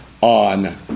On